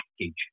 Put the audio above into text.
package